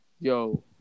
yo